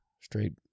Straight